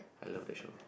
I love that show